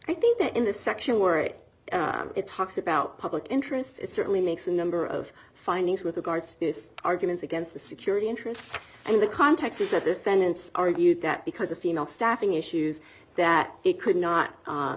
i think that in the section where it talks about public interest it certainly makes a number of findings with regard to this argument against the security interests and the context is that this sentence argued that because a female staffing issues that it could not